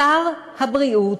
שר הבריאות